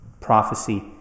prophecy